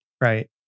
Right